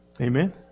Amen